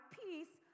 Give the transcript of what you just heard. peace